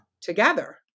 together